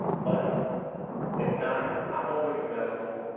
but if not, i'm always available.